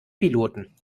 piloten